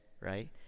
right